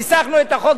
ניסחנו את החוק,